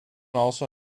also